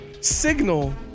signal